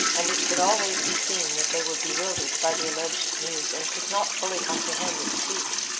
and it could always be seen that they were bewildered by the alleged news and could not fully comprehend a defeat.